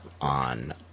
on